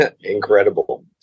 incredible